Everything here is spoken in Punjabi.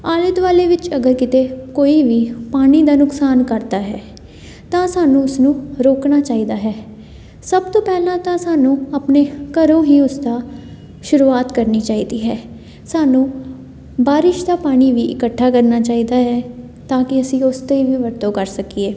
ਆਲੇ ਦੁਆਲੇ ਵਿੱਚ ਅਗਰ ਕਿਤੇ ਕੋਈ ਵੀ ਪਾਣੀ ਦਾ ਨੁਕਸਾਨ ਕਰਦਾ ਹੈ ਤਾਂ ਸਾਨੂੰ ਉਸਨੂੰ ਰੋਕਣਾ ਚਾਹੀਦਾ ਹੈ ਸਭ ਤੋਂ ਪਹਿਲਾਂ ਤਾਂ ਸਾਨੂੰ ਆਪਣੇ ਘਰੋਂ ਹੀ ਉਸਦਾ ਸ਼ੁਰੂਆਤ ਕਰਨੀ ਚਾਹੀਦੀ ਹੈ ਸਾਨੂੰ ਬਾਰਿਸ਼ ਦਾ ਪਾਣੀ ਵੀ ਇਕੱਠਾ ਕਰਨਾ ਚਾਹੀਦਾ ਹੈ ਤਾਂ ਕਿ ਅਸੀਂ ਉਸ 'ਤੇ ਵੀ ਵਰਤੋਂ ਕਰ ਸਕੀਏ